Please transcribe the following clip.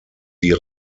die